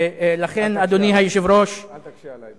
אל תקשה עלי.